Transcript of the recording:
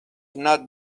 not